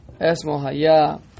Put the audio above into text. Esmohaya